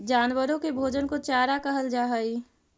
जानवरों के भोजन को चारा कहल जा हई